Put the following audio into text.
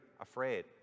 afraid